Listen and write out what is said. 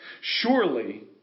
Surely